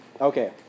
Okay